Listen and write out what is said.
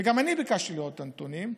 וגם אני ביקשתי לראות את הנתונים,